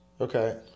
okay